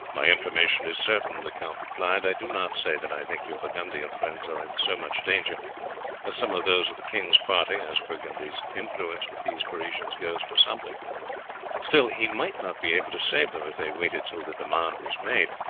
my information is certain, the count replied. i do not say that i think your burgundian friends are in so much danger as some of those of the king's party, as burgundy's influence with these parisians goes for something still, he might not be able to save them if they waited till the demand was made,